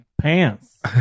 Pants